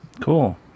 Cool